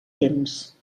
temps